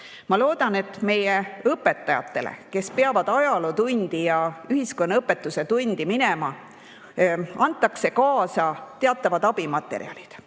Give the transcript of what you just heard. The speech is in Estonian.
Ma loodan, et meie õpetajatele, kes peavad ajalootundi ja ühiskonnaõpetuse tundi minema, antakse kaasa teatavad abimaterjalid.